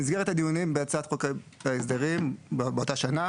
במסגרת הדיונים בהצעת חוק ההסדרים באותה שנה